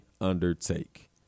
undertake